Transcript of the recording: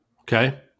okay